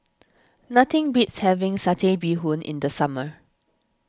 nothing beats having Satay Bee Hoon in the summer